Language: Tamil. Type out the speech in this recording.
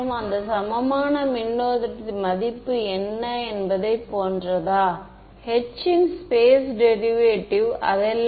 எனவே என்ன நடக்கும் என்று எதிர்பார்க்க முடிகிறதா